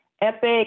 Epic